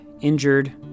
injured